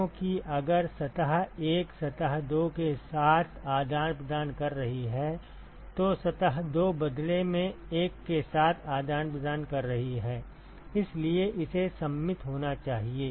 क्योंकि अगर सतह 1 सतह 2 के साथ आदान प्रदान कर रही है तो सतह 2 बदले में 1 के साथ आदान प्रदान कर रही है इसलिए इसे सममित होना चाहिए